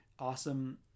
awesome